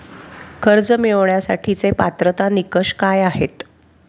कर्ज मिळवण्यासाठीचे पात्रता निकष काय आहेत?